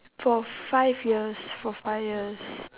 for five years for five years